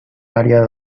área